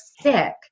sick